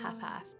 half-half